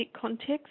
context